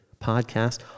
podcast